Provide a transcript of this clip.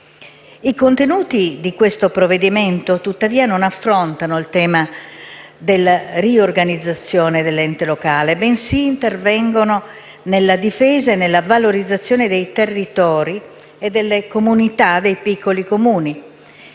I contenuti del provvedimento, tuttavia, non affrontano il tema della riorganizzazione dell'ente locale, bensì intervengono nella difesa e nella valorizzazione dei territori e delle comunità dei piccoli Comuni,